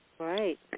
right